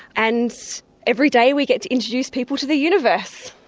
and every day we get to introduce people to the universe,